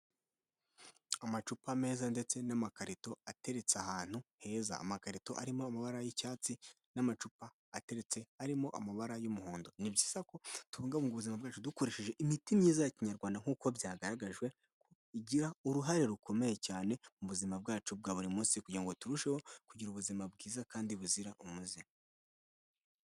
Amacupa meza ndetse n'amakarito ateretse ahantu heza, amakarito arimo amabara y'icyatsi n'amacupa ateretse arimo amabara y'umuhondo, ni byiza ko tubungabunga ubuzima bwacu dukoresheje imiti myiza ya kinyarwanda nk'uko byagaragajwe, igira uruhare rukomeye cyane mu buzima bwacu bwa buri munsi kugira ngo turusheho kugira ubuzima bwiza kandi buzira umuze.